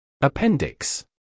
Appendix